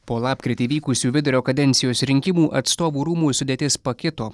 po lapkritį vykusių vidurio kadencijos rinkimų atstovų rūmų sudėtis pakito